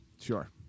sure